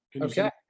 okay